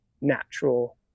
natural